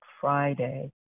Friday